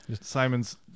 Simon's